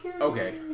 Okay